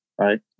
right